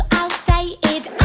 outdated